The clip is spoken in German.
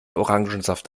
orangensaft